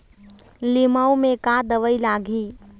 लिमाऊ मे का दवई लागिही?